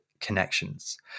connections